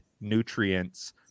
nutrients